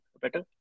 better